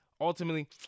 ultimately